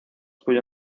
cuyo